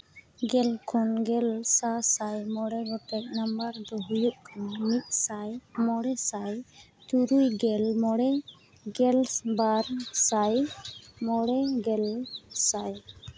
ᱜᱮᱞ ᱠᱷᱚᱱ ᱜᱮᱞ ᱥᱟᱥᱟᱭ ᱢᱚᱬᱮ ᱜᱚᱴᱮᱡ ᱱᱟᱢᱵᱟᱨ ᱫᱚ ᱦᱩᱭᱩᱜ ᱠᱟᱱᱟ ᱢᱤᱫ ᱥᱟᱭ ᱢᱚᱬᱮ ᱥᱟᱭ ᱛᱩᱨᱩᱭ ᱜᱮᱞ ᱢᱚᱬᱮ ᱜᱮᱞᱵᱟᱨ ᱥᱟᱭ ᱢᱚᱬᱮ ᱜᱮᱞ ᱥᱟᱭ